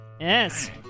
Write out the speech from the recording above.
Yes